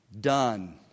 done